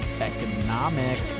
economic